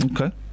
Okay